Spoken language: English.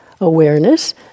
awareness